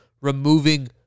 removing